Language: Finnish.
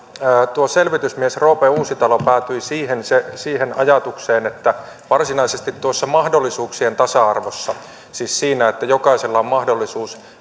tuo selvitysmies roope uusitalo päätyi siihen ajatukseen että varsinaisesti tuossa mahdollisuuksien tasa arvossa siis siinä että jokaisella on mahdollisuus